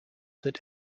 that